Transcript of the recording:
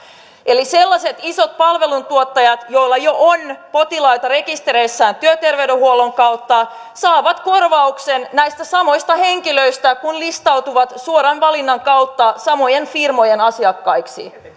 eli sellaiset isot palveluntuottajat joilla jo on potilaita rekistereissään työterveydenhuollon kautta saavat korvauksen näistä samoista henkilöistä kun he listautuvat suoran valinnan kautta samojen firmojen asiakkaiksi se on